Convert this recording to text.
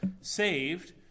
saved